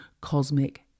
cosmic